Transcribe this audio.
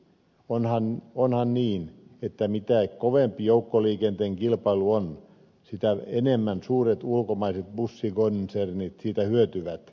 onhan niin että mitä kovempi joukkoliikenteen kilpailu on sitä enemmän suuret ulkomaiset bussikonsernit siitä hyötyvät